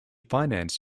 financed